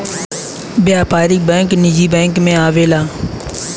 व्यापारिक बैंक निजी बैंक मे आवेला